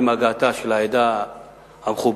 עם הגעתה של העדה המכובדת,